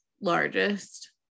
largest